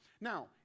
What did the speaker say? Now